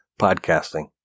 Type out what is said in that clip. podcasting